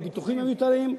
הביטוחים המיותרים,